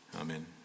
Amen